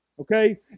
okay